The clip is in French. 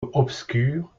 obscure